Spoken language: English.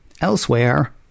Elsewhere